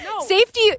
Safety